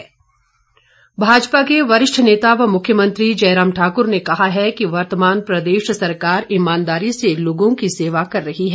मुख्यमंत्री भाजपा के वरिष्ठ नेता व मुख्यमंत्री जयराम ठाकुर ने कहा है कि वर्तमान प्रदेश सरकार ईमानदारी से लोगों की सेवा कर रही है